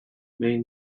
main